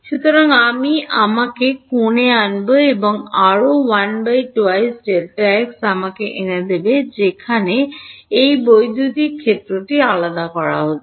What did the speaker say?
সুতরাং আমি আমাকে কোণে আনব এবং আরও 1 2Δx আমাকে এনে দেবে যেখানে এই বৈদ্যুতিক ক্ষেত্রটি আলাদা করা হচ্ছে